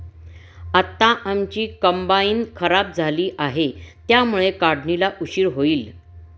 आता आमची कंबाइन खराब झाली आहे, त्यामुळे काढणीला उशीर होईल